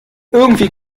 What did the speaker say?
irgendwie